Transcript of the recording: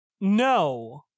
no